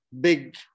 big